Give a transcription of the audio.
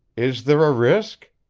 is there a risk?